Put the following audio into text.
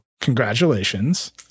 congratulations